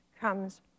comes